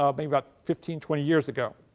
ah maybe about fifteen twenty years ago.